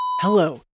Hello